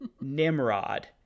Nimrod